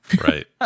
Right